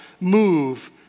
move